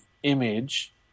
Image